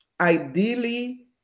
ideally